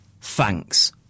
thanks